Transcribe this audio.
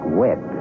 web